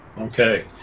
Okay